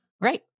Right